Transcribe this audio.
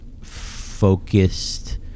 focused